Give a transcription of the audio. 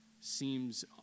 seems